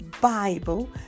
Bible